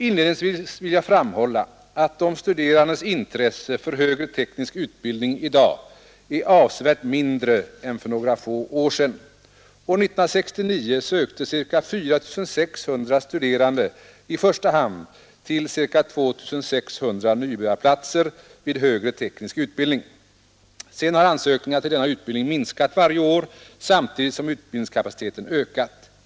Inledningsvis vill jag framhålla att de studerandes intresse för högre teknisk utbildning i dag är avsevärt mindre än för några få år sedan. År 1969 sökte ca 4 600 studerande i första hand till ca 2 600 nybörjarplatser vid högre teknisk utbildning. Sedan har ansökningarna till denna utbildning minskat varje år samtidigt som utbildningskapaciteten ökat.